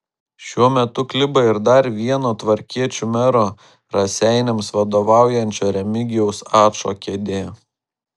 šiuo metu kliba ir dar vieno tvarkiečių mero raseiniams vadovaujančio remigijaus ačo kėdė